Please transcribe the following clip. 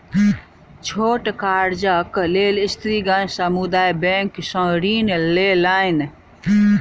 छोट कार्यक लेल स्त्रीगण समुदाय बैंक सॅ ऋण लेलैन